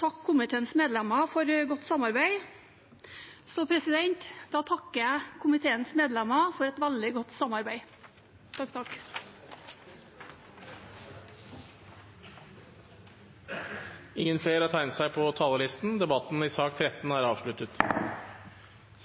takke komiteens medlemmer for godt samarbeid, så jeg takker komiteens medlemmer for et veldig godt samarbeid. Flere har ikke bedt om ordet til sak nr. 13.